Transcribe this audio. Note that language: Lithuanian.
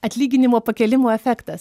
atlyginimo pakėlimo efektas